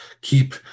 keep